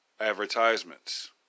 advertisements